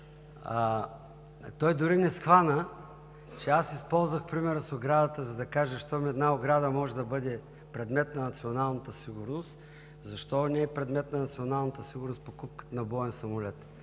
Той дори не схвана, че аз използвах примера с оградата, за да кажа: щом една ограда може да бъде предмет на националната сигурност, защо не е предмет на националната сигурност покупката на боен самолет?